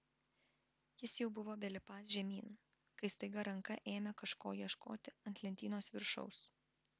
jis jau buvo belipąs žemyn kai staiga ranka ėmė kažko ieškoti ant lentynos viršaus